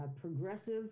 progressive